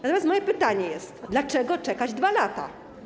Natomiast moje pytanie brzmi: Dlaczego czekać 2 lata?